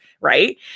right